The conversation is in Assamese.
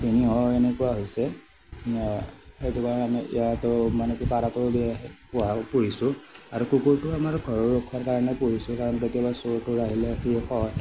কি হয় এনেকুৱা হৈছে সেইটো কাৰণে আমি ইয়াতো মানে কি পাৰটো পোহা পোহিছোঁ আৰু কুকুৰটো আমাৰ ঘৰৰ ৰক্ষাৰ কাৰণে পোহিছোঁ কাৰণ কেতিয়াবা চোৰ তোৰ আহিলে সিয়ে সহায়